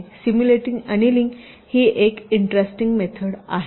simulated annealing ही एक interesting method आहे